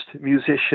musician